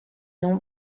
non